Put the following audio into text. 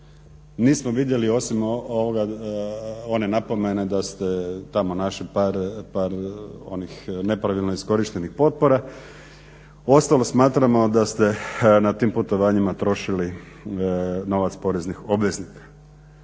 Nismo vidjeli osim one napomene da ste tamo našli par onih nepravilno iskorištenih potpora. Ostalo smatramo da ste na tim putovanjima trošili novac poreznih obveznika.